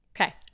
Okay